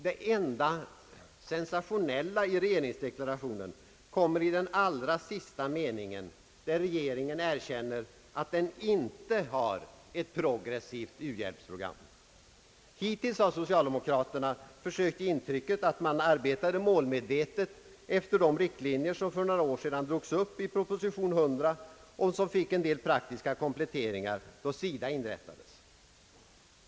Det enda sensationella i regeringsdeklarationen kommer i den allra sista meningen, där regeringen erkänner att den inte har ett »progressivt u-hjälpsprogram». Hittills har socialdemokraterna försökt ge intrycket att man arbetat målmedvetet efter de riktlinjer som för några år sedan drogs upp i proposition 100 och som fick en del praktiska kompletteringar då SIDA inrättades.